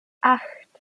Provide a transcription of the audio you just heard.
acht